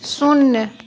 शून्य